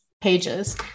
pages